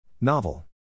Novel